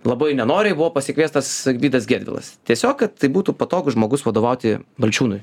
labai nenoriai buvo pasikviestas vydas gedvilas tiesiog kad tai būtų patogus žmogus vadovauti balčiūnui